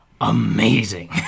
amazing